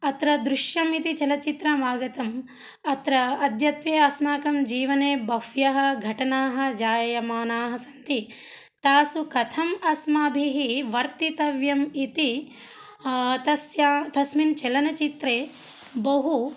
अत्र दृश्यं इति चलचित्रम् आगतं अत्र अद्यत्वे अस्माकं जीवने भह्व्यः घटनाः जायमानाः सन्ति तासु कथं अस्माभिः वर्तितव्यम् इति तस्या तस्मिन् चलनचित्रे बहु